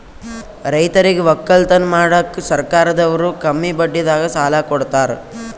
ರೈತರಿಗ್ ವಕ್ಕಲತನ್ ಮಾಡಕ್ಕ್ ಸರ್ಕಾರದವ್ರು ಕಮ್ಮಿ ಬಡ್ಡಿದಾಗ ಸಾಲಾ ಕೊಡ್ತಾರ್